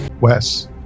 Wes